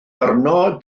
arno